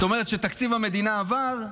זאת אומרת שתקציב המדינה עבר,